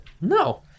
no